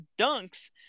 Dunks